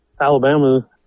Alabama